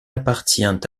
appartient